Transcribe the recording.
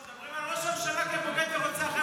כשמדברים על ראש ממשלה כבוגד ורוצח,